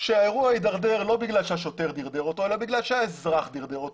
שהאירוע הידרדר לא בגלל השוטר דרדר אותו אלא בגלל שהאזרח דרדר אותו,